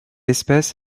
espèce